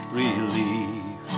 relief